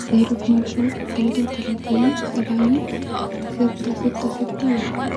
زيرو-اتناشر-تلاته وتلاتين-سبعين-سته-سته-سته-واحد